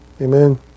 Amen